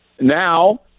Now